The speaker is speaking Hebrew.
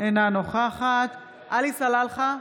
אינה נוכחת עלי סלאלחה,